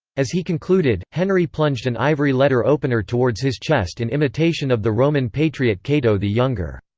as he concluded, henry plunged an ivory letter opener towards his chest in imitation of the roman patriot cato the younger.